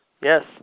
Yes